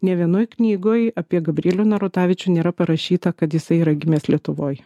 nė vienoj knygoj apie gabrielių narutavičių nėra parašyta kad jisai yra gimęs lietuvoj